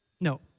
no